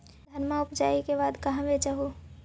धनमा उपजाईला के बाद कहाँ बेच हू?